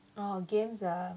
oh games ah